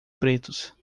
pretos